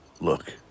Look